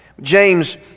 James